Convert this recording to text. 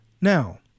Now